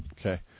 Okay